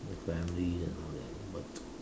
like family and all that but